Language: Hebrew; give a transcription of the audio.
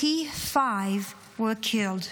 85 were killed,